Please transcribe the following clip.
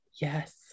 Yes